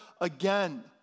again